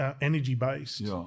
energy-based